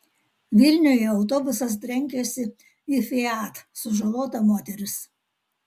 vilniuje autobusas trenkėsi į fiat sužalota moteris